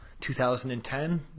2010